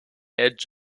edge